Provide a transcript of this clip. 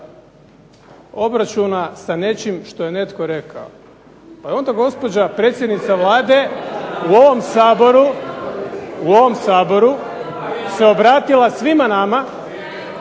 obračuna sa nečim što je netko rekao. Pa je onda gospođa predsjednica Vlade u ovom Saboru se obratila svima nama,